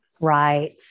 Right